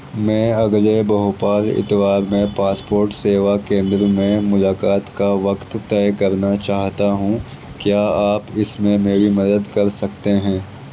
میں اگلے بھوپال اتوار میں پاسپوٹ سیوا کیندر میں ملاقات کا وقت طے کرنا چاہتا ہوں کیا آپ اس میں میری مدد کر سکتے ہیں